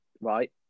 right